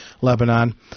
Lebanon